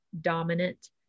dominant